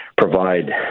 Provide